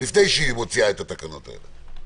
לפני שהיא מוציאה את התקנות הללו.